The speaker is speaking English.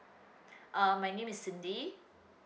uh my name is cindy